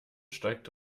steigt